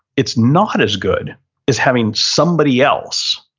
it's not as good as having somebody else